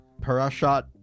Parashat